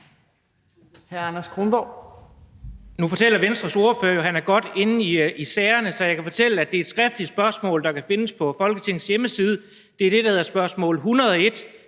Nu fortæller Venstres ordfører jo, at han er godt inde i sagerne, så jeg kan fortælle, at det er et skriftligt spørgsmål, der kan findes på Folketingets hjemmeside. Det er det, der hedder spørgsmål 101.